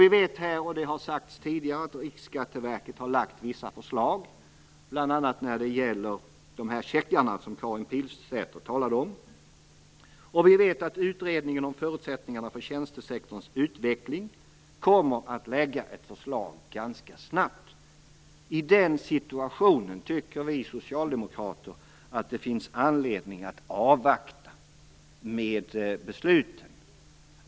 Vi vet, och det har sagts här tidigare, att Riksskatteverket har lagt fram vissa förslag, bl.a. när det gäller de checkar som Karin Pilsäter talade om. Vi vet också att utredningen om förutsättningarna för tjänstesektorns utveckling kommer att presentera ett förslag ganska snart. I den situationen tycker vi socialdemokrater att det finns anledning att avvakta med besluten.